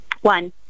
One